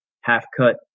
half-cut